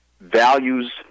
values